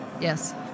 yes